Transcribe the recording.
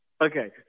Okay